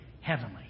heavenly